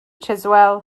chiswell